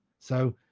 so,